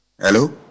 hello